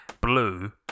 blue